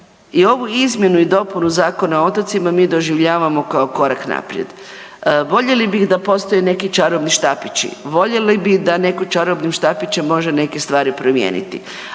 i ovu izmjenu i dopunu Zakona o otocima mi doživljavamo kao korak naprijed. Voljeli bih da postoje neki čarobni štapići, voljeli bi da netko čarobnim štapićem može neke stvari promijeniti,